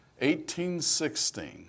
1816